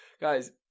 Guys